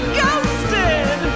ghosted